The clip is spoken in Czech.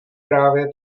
právě